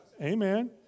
Amen